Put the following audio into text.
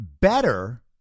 better